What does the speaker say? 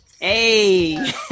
Hey